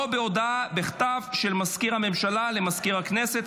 או בהודעה בכתב של מזכיר הממשלה למזכיר הכנסת,